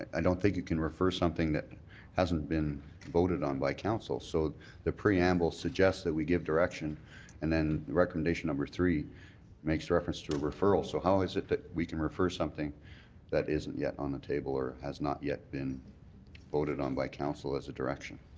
i don't think you can refer something that hasn't been voted on by council. so the preamble suggests that we give direction and then recommendation number three makes reference to a referral. so how is it that we can refer something that isn't yet on the table or has not yet been voted on by council as a direction?